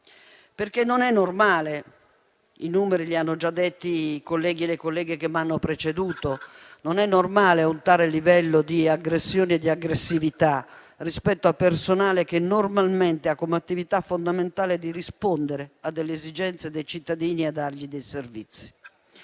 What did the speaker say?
Questo non è normale. I numeri li hanno già dati i colleghi e le colleghe che mi hanno preceduto. Non è normale un tale livello di aggressioni e di aggressività rispetto ad un personale che normalmente ha come attività fondamentale quella di rispondere alle esigenze dei cittadini e di dare loro dei servizi.